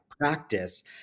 practice